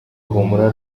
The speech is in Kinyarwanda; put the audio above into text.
humura